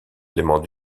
éléments